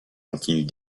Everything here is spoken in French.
continuent